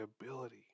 ability